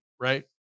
right